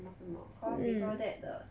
什么什么 cause before that the